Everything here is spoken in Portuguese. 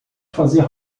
fazer